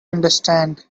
understand